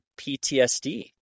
PTSD